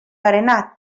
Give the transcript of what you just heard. garena